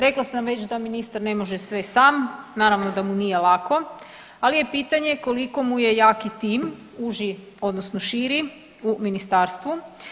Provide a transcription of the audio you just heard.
Rekla sam već da ministar ne može sve sam, naravno da mi nije lako, ali je pitanje koliko mu je jaki tim uži odnosno širi u ministarstvu.